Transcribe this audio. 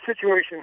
situation